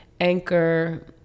Anchor